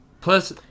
Plus